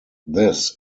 this